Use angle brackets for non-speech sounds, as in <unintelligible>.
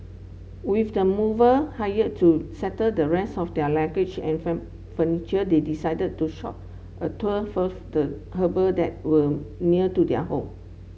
with the mover hired to settle the rest of their luggage and <unintelligible> furniture they decided to short a tour first the harbour that were near to their home